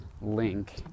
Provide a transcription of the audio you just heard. link